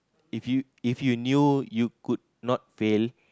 if you if you knew you could not fail